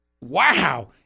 Wow